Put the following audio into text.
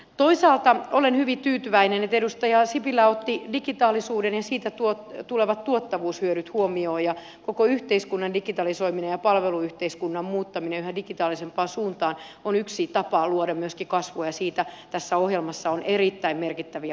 toisaalta olen hyvin tyytyväinen että edustaja sipilä otti digitaalisuuden ja siitä tulevat tuottavuushyödyt huomioon ja koko yhteiskunnan digitalisoiminen ja palveluyhteiskunnan muuttaminen yhä digitaalisempaan suuntaan on yksi tapa luoda myöskin kasvua ja siihen tässä ohjelmassa on erittäin merkittäviä panostuksia